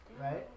right